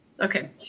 Okay